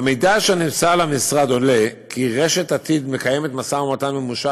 מהמידע אשר נמסר למשרד עולה כי רשת עתיד מקיימת משא ומתן ממושך